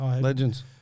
Legends